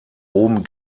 oben